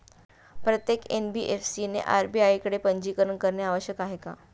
प्रत्येक एन.बी.एफ.सी ने आर.बी.आय कडे पंजीकरण करणे आवश्यक आहे का?